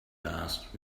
asked